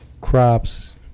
crops